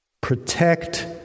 protect